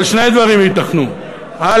שני דברים ייתכנו: א.